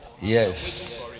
Yes